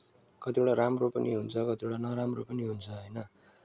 कतिवटा राम्रो पनि हुन्छ कतिवटा नराम्रो पनि हुन्छ